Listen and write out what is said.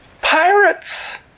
pirates